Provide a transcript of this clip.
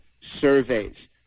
surveys